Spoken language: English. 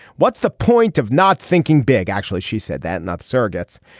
what's the point of not thinking big actually she said that not surrogates.